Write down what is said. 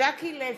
ז'קי לוי,